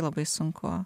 labai sunku